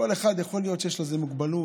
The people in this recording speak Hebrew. כל אחד יכול להיות שיש לו איזה מוגבלות.